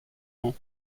ans